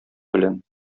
белән